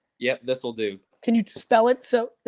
yeah, this'll do. can you spell it so,